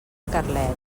carlet